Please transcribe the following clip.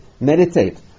meditate